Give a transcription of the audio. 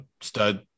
Stud